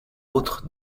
autres